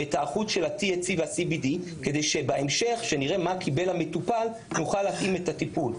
כדי שבהמשך שנראה מה קיבל המטופל נוכל להתאים את הטיפול.